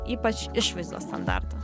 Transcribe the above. ypač išvaizdos standartą